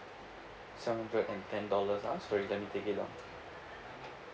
seven hundred and ten dollars ah sorry that may take it up